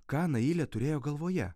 ką nailė turėjo galvoje